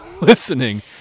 listening